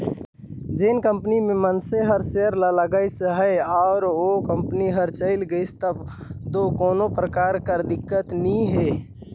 जेन कंपनी में मइनसे हर सेयर ल लगाइस अहे अउ ओ कंपनी हर चइल गइस तब दो कोनो परकार कर दिक्कत नी हे